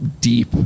deep